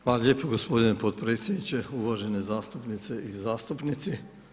Hvala lijepo gospodine podpredsjedniče, uvažene zastupnice i zastupnici.